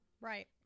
right